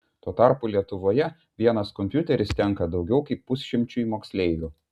tuo tarpu lietuvoje vienas kompiuteris tenka daugiau kaip pusšimčiui moksleivių